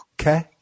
Okay